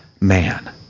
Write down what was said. man